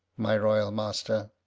my royal master.